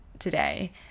today